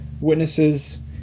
witnesses